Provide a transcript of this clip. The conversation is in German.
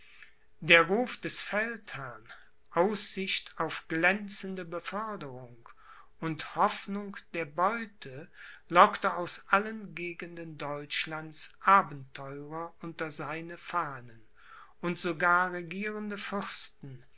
der ruf des feldherrn aussicht auf glänzende beförderung und hoffnung der beute lockte aus allen gegenden deutschlands abenteurer unter seine fahnen und sogar regierende fürsten